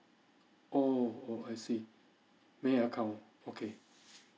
oh oh I see main account okay